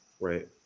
Right